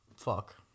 fuck